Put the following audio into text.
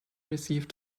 received